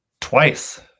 twice